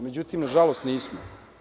Međutim, nažalost, nismo.